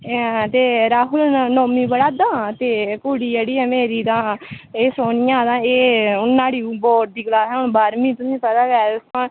ऐं ते राहुल नौमीं पढ़ै'रदा ते कुड़ी जेह्ड़ी ऐ मेरी तां एह् सोनिया तां एह् हून नाढ़ी बोर्ड दी क्लास ऐ हुन बाह्रमीं तु'सें ई पता गै ऐ तां